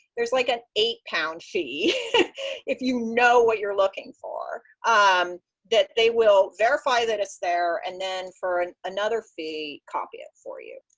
there's like a eight pound fee if you know what you're looking for um that they will verify that it's there, and then for another fee copy it for you.